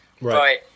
Right